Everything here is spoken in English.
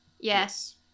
Yes